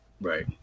Right